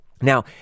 Now